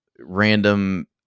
random